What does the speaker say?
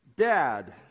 Dad